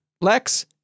lex